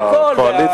והכול.